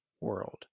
world